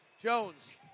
Jones